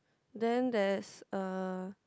then there's a